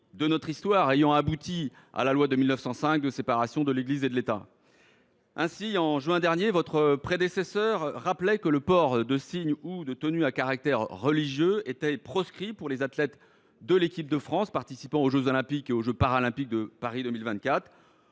de notre histoire ayant abouti à la loi de 1905 de séparation des Églises et de l’État. En juin dernier, votre prédécesseure, monsieur le ministre, rappelait que le port de signes ou de tenues à caractère religieux était proscrit pour les athlètes de l’équipe de France participant aux jeux Olympiques et Paralympiques de Paris 2024,